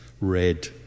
red